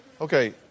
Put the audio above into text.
Okay